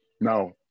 No